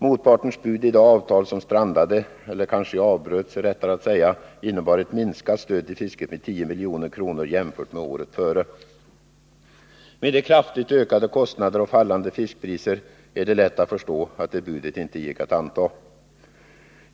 Motpartens bud i det avtal som strandade — kanske är det rättare att säga avbröts — innebar en minskning av stödet till fisket med 10 milj.kr. jämfört med året före. Med tanke på de kraftigt ökade kostnaderna och de fallande fiskpriserna är det lätt att förstå att det budet inte gick att anta.